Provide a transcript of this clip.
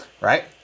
Right